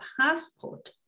passport